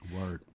Word